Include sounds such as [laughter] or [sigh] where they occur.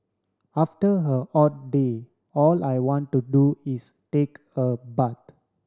after a hot day all I want to do is take a [unintelligible]